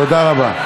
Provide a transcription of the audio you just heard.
תודה רבה.